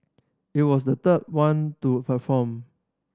it was the third one to perform